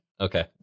Okay